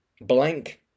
blank